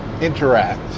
interact